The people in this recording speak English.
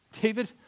David